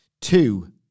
Two